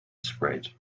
spread